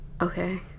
Okay